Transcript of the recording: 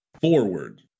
forward